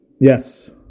yes